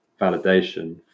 validation